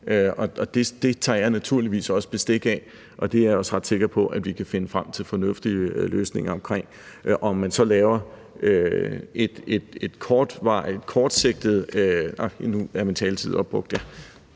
Det tager jeg naturligvis også bestik af, og det er jeg også ret sikker på at vi kan finde frem til fornuftige løsninger på. Og nu er min taletid opbrugt.